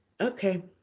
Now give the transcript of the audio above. Okay